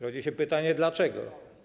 Rodzi się pytanie: Dlaczego?